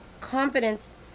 Confidence